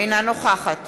אינה נוכחת